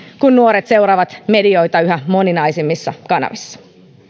kun nuoret seuraavat medioita yhä moninaisemmissa kanavissa